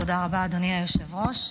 תודה רבה, אדוני היושב-ראש.